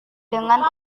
dengan